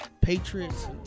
Patriots